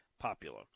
popular